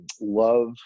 love